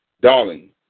Darling